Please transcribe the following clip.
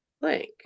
blank